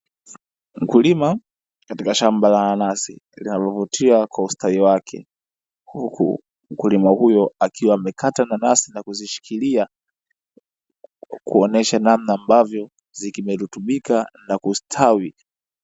Mkulima katika shamba la nanasi linalovutia kwa ustawi wake, huku mkulima huyo akiwa amekata nanasi na kuzishikilia kuonyesha namna ambavyo zimerutubika na kustawi.